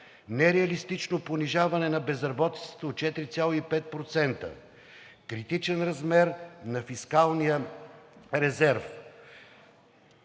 нереалистично понижаване на безработицата от 4,5%, критичен размер на фискалния резерв